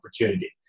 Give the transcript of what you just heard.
opportunity